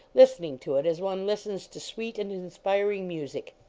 listening to it, as one listens to sweet and inspiring music.